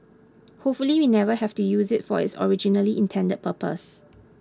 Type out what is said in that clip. hopefully we never have to use it for its originally intended purpose